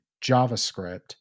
JavaScript